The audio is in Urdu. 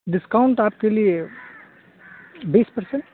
ڈسکاؤنٹ آپ کے لیے بیس پرسینٹ